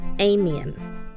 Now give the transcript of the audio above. Amen